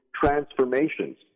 transformations